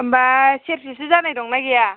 होमबा सेरसेसो जानाय दंना गैया